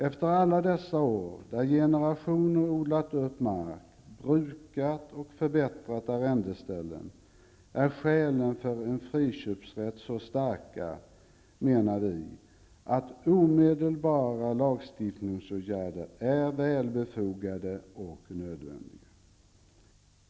Efter alla dessa år, när generationer odlat upp mark samt brukat och förbättrat arrendeställen, är skälen för en friköpsrätt så starka, menar vi, att omedelbara lagstiftningsåtgärder är väl befogade och nödvändiga.